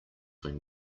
when